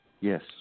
Yes